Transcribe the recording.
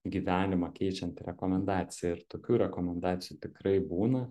gyvenimą keičianti rekomendacija ir tokių rekomendacijų tikrai būna